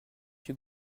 chez